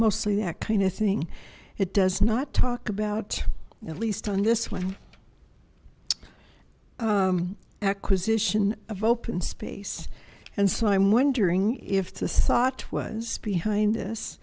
mostly that kind of thing it does not talk about at least on this one acquisition of open space and so i'm wondering if the sot was behind this